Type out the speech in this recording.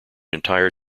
entire